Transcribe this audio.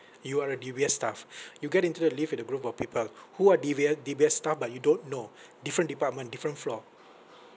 you are a D_B_S staff you get into the lift with a group of people who are D_B_S D_B_S staff but you don't know different department different floor